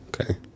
Okay